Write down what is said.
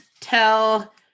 tell